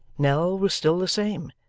nell was still the same.